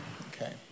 Okay